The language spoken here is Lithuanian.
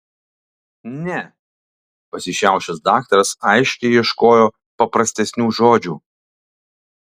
ne pasišiaušęs daktaras aiškiai ieškojo paprastesnių žodžių